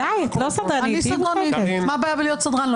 מה בעיה בלהיות סדרן?